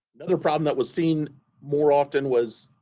another problem that was seen more often was